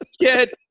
get –